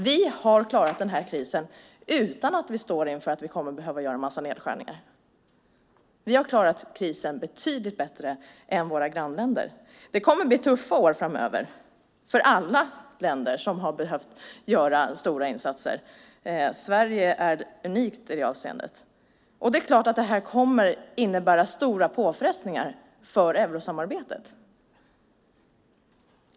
Vi har klarat den här krisen utan att vi står inför att göra en massa nedskärningar. Vi har klarat krisen betydligt bättre än våra grannländer. Det kommer att bli tuffa år framöver för alla länder som har behövt göra stora insatser. Sverige är unikt i det avseendet. Det är klart att det kommer att innebära stora påfrestningar för eurosamarbetet.